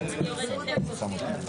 גם לוועדת הפנים.